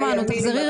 תחזרי.